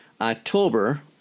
October